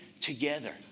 together